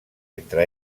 entre